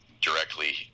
directly